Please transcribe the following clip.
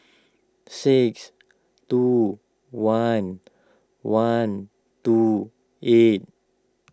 six two one one two eight